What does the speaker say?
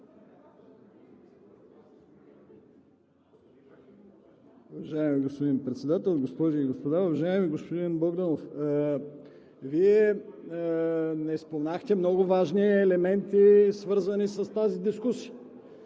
Уважаеми господин Председател, госпожи и господа! Уважаеми господин Богданов, Вие не споменахте много важни елементи, свързани с тази дискусия.